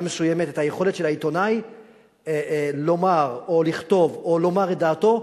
מסוימת את היכולת של העיתונאי לומר או לכתוב את דעתו,